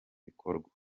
bikorwa